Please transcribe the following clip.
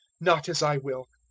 not as i will,